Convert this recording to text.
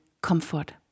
comfort